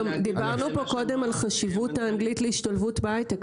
גם דיברנו פה קודם על חשיבות האנגלית להשתלבות בהיי-טק,